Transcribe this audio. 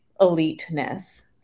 eliteness